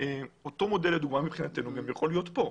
אותו מודל לדוגמה מבחינתנו גם יכול להיות כאן.